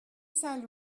saint